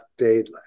update